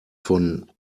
von